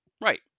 right